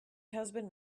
husband